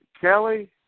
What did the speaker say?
Kelly